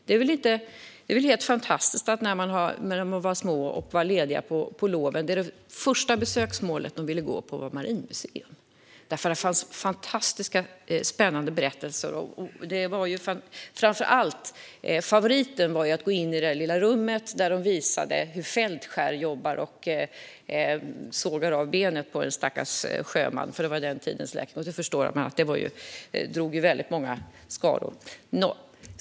Det är väl helt fantastiskt att Marinmuseum var det första besöksmålet barnen ville gå på när de var små och var lediga på loven. Där fanns nämligen fantastiskt spännande berättelser, och favoriten var att gå in i det lilla rummet där man visade hur fältskären, som ju var den tidens läkare, sågade av benet på en stackars sjöman. Det förstår man ju att det drog stora skaror.